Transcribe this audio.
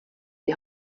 die